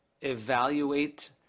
evaluate